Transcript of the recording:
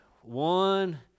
one